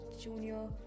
junior